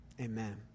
Amen